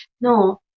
no